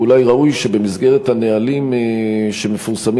ואולי ראוי שבמסגרת הנהלים שמפורסמים